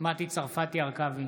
מטי צרפתי הרכבי,